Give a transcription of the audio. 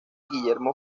guillermo